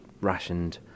rationed